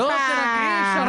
הצבעה לא אושרו.